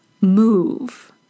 move